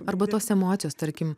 arba tos emocijos tarkim